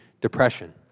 depression